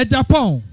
Japan